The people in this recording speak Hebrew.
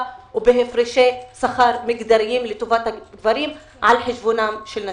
ובהפרשי שכר מגדריים לטובת הגברים על חשבון הנשים.